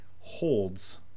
holds